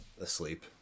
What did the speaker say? asleep